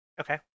okay